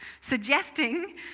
suggesting